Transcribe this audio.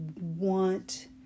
want